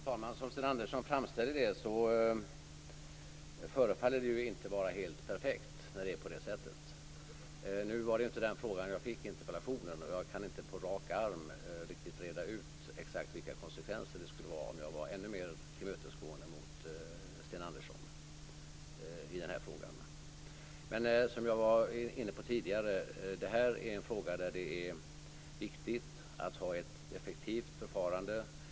Fru talman! Som Sten Andersson framställer saken förefaller det inte vara helt perfekt ordnat. Nu var det inte den här frågan som jag fick i interpellationen, och jag kan på rak arm inte riktigt reda ut vilka konsekvenser det skulle få om jag var ännu mer tillmötesgående mot Sten Andersson i den här frågan. Men som jag var inne på tidigare är det här en fråga där det är viktigt att ha ett effektivt förfarande.